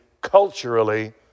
culturally